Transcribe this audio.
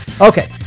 Okay